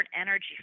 energy